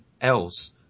else